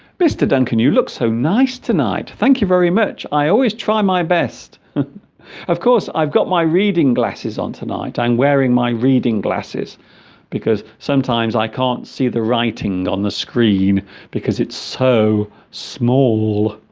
mr. duncan you look so nice tonight thank you very much i always try my best of course i've got my reading glasses on tonight i'm wearing my reading glasses because sometimes i can't see the writing on the screen because it's so small